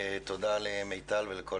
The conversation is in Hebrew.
בוקר טוב לכל